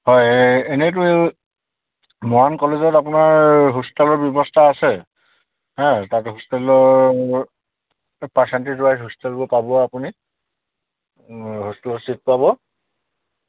হয় এনেইটো মৰাণ কলেজত আপোনাৰ হোষ্টেলৰ ব্যৱস্থা আছে হে তাত হোষ্টেলৰ পাৰ্চেণ্টেজ ৱাইজ হোষ্টেলবোৰ পাব আপুনি হোষ্টেলত চিট পাব